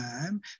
time